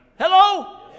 Hello